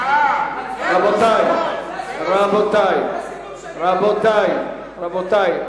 הצבעה, רבותי, רבותי.